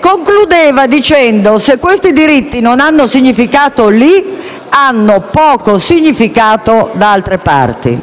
Concludeva dicendo: «Se questi diritti non hanno significato lì, hanno poco significato da altre parti».